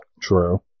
True